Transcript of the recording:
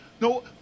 no